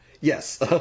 yes